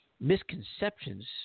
misconceptions